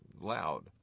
loud